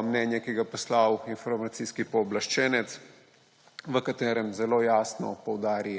mnenje, ki ga je poslal Informacijski pooblaščenec, v katerem zelo jasno poudari